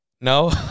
No